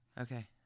Okay